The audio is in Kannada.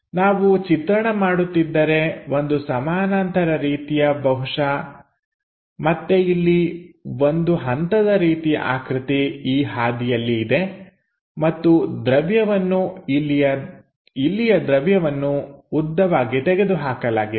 ನಾವು ಚಿತ್ರಣ ಮಾಡುತ್ತಿದ್ದರೆ ಒಂದು ಸಮಾನಾಂತರ ರೀತಿಯ ಬಹುಶಃ ಮತ್ತೆ ಇಲ್ಲಿ ಒಂದು ಹಂತದ ರೀತಿಯ ಆಕೃತಿ ಈ ಹಾದಿಯಲ್ಲಿ ಇದೆ ಮತ್ತು ದ್ರವ್ಯವನ್ನು ಇಲ್ಲಿಯ ದ್ರವ್ಯವನ್ನು ಉದ್ದವಾಗಿ ತೆಗೆದುಹಾಕಲಾಗಿದೆ